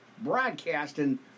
broadcasting